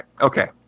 Okay